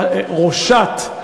לראשת,